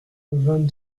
vingt